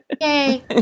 Yay